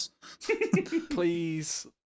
please